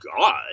God